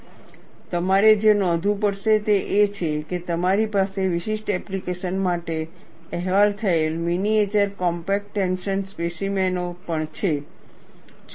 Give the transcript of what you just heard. અને તમારે જે નોંધવું પડશે તે એ છે કે તમારી પાસે વિશિષ્ટ એપ્લિકેશનો માટે અહેવાલ થયેલ મિનીએચર કોમ્પેક્ટ ટેન્શન સ્પેસીમેન ઓ પણ છે